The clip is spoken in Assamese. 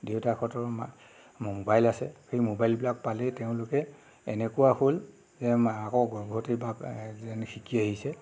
দেউতাকহঁতৰ মা ম'বাইল আছে সেই ম'বাইলবিলাক পালেই তেওঁলোকে এনেকুৱা হ'ল যে মাকৰ গৰ্ভতেই যেন শিকি আহিছে